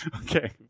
Okay